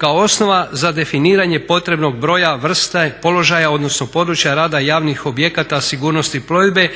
kao osnova za definiranje potrebnog broja vrste i položaja odnosno područja rada javnih objekata sigurnosti plovidbe,